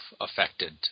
affected